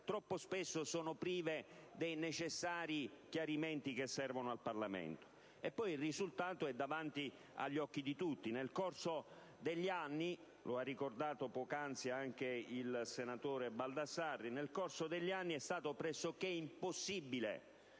troppo spesso sono prive dei necessari chiarimenti che servono al Parlamento. Poi, il risultato è davanti agli occhi di tutti: nel corso degli anni, come ha ricordato poc'anzi il senatore Baldassarri, è stata pressoché impossibile